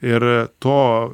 ir to